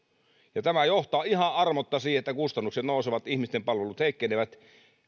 tämä johtaa ihan armotta siihen että kustannukset nousevat ja ihmisten palvelut heikkenevät